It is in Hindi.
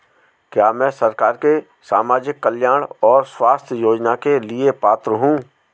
क्या मैं सरकार के सामाजिक कल्याण और स्वास्थ्य योजना के लिए पात्र हूं?